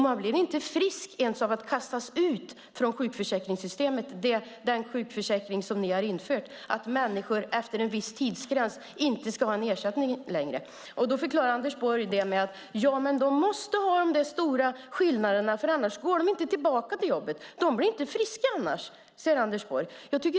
Man blir inte heller frisk av att kastas ut ur det sjukförsäkringssystem som ni har infört och som innebär att människor efter en viss tidsgräns inte ska få ersättning längre. Anders Borg förklarar att de stora skillnaderna är nödvändiga, för annars blir människor inte friska och går inte tillbaka till jobbet.